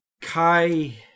Kai